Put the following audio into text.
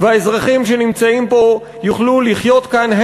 והאזרחים שנמצאים פה יוכלו לחיות כאן,